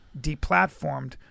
deplatformed